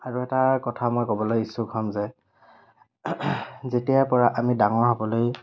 আৰু এটা কথা মই ক'বলে ইচ্ছুক হ'ম যে যেতিয়াৰ পৰা আমি ডাঙৰসকলেই